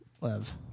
Lev